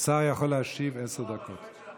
להשיב עשר דקות.